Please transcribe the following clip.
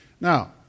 Now